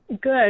Good